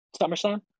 SummerSlam